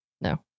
No